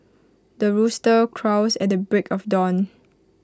the rooster crows at the break of dawn